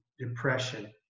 depression